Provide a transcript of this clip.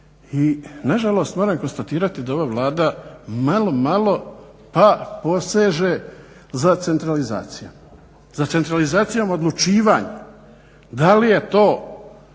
i nažalost moram konstatirati da ova Vlada malo, malo pa poseže za centralizacijom, za centralizacijom odlučivanja. Da li je to